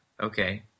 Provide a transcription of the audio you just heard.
Okay